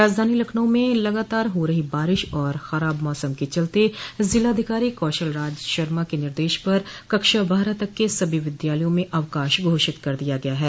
राजधानी लखनऊ में लगातार हो रही बारिश और खराब मौसम के चलते जिलाधिकारी कौशल राज शर्मा के निर्देश पर कक्षा बारह तक के सभी विद्यालयों में अवकाश घोषित कर दिया गया है